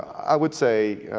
i would say